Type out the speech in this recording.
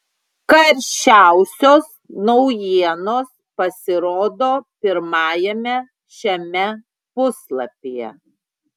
karščiausios naujienos pasirodo pirmajame šiame puslapyje